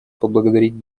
поблагодарить